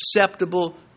acceptable